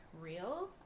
real